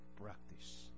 practice